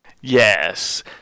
Yes